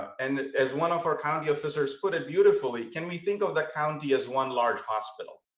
and as one of our county officers put a beautifully can we think of the county as one large hospital?